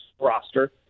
roster